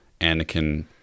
anakin